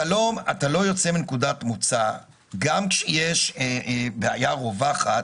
גם כשיש בעיה רווחת,